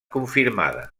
confirmada